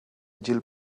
gil